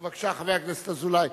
בבקשה, חבר הכנסת אזולאי.